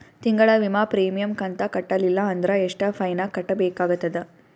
ತಿಂಗಳ ವಿಮಾ ಪ್ರೀಮಿಯಂ ಕಂತ ಕಟ್ಟಲಿಲ್ಲ ಅಂದ್ರ ಎಷ್ಟ ಫೈನ ಕಟ್ಟಬೇಕಾಗತದ?